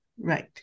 Right